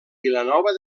vilanova